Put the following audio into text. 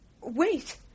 wait